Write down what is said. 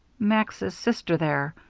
max's sister, there.